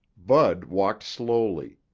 bud walked slowly.